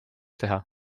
teha